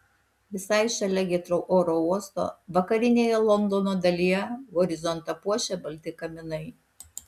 visai šalia hitrou oro uosto vakarinėje londono dalyje horizontą puošia balti kaminai